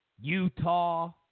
Utah